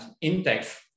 index